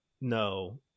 no